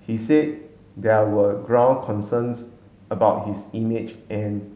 he said there were ground concerns about his image and